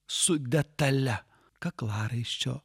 su detalia kaklaraiščio